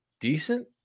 decent